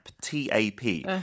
T-A-P